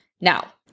Now